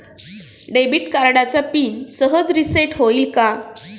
Debit कार्डचा pin सहज reset होईल का?